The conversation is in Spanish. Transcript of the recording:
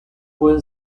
pueden